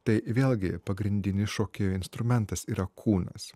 tai vėlgi pagrindinis šokėjo instrumentas yra kūnas